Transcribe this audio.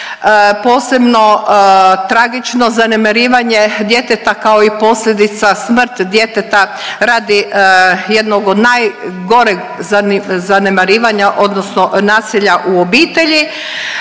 posebno tragično zanemarivanje djeteta kao i posljedica smrt djeteta radi jednog od najgore zanemarivanja odnosno nasilja u obitelji